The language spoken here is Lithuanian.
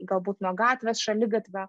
galbūt nuo gatvės šaligatvio